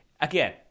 again